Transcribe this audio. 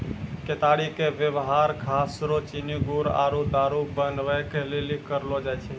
केतारी के वेवहार खास रो चीनी गुड़ आरु दारु बनबै लेली करलो जाय छै